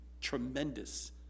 tremendous